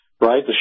right